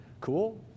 cool